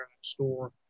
store